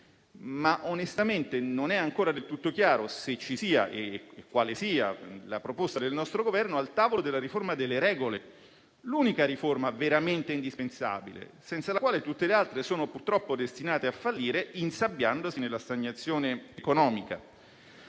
ma, onestamente, non è ancora del tutto chiaro se ci sia e quale sia la proposta del nostro Governo al tavolo della riforma delle regole. Questa è l'unica riforma veramente indispensabile, senza la quale tutte le altre sono, purtroppo, destinate a fallire, insabbiandosi nella stagnazione economica.